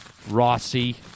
Rossi